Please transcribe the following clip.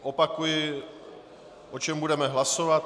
Opakuji, o čem budeme hlasovat.